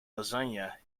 lasagne